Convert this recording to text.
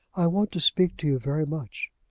i want to speak to you very much.